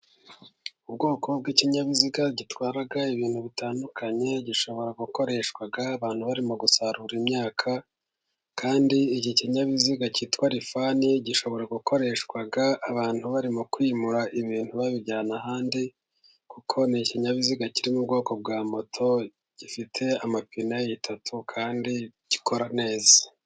Ubwoko bw'ikinyabiziga gitwaraga ibintu bitandukanye. Gishobora gukoreshwaga abantu barimo gusarura imyaka. Kandi iki kinyabiziga cyitwa Lifani gishobora gukoreshwa abantu barimo kwimura ibintu babijyana ahandi ,kuko ni ikinyabiziga kiri mu bwoko bwa moto, gifite amapine atatu kandi gikora neza.